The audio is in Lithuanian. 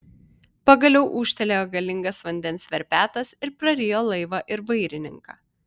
pagaliau ūžtelėjo galingas vandens verpetas ir prarijo laivą ir vairininką